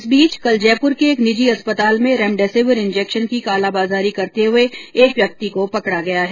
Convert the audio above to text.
इस बीच कल जयपुर के एक निजी अस्पताल में रेमडेसिवीर इंजेक्शन की कालाबाजारी करते हुए एक व्यक्ति को पकड़ा गया है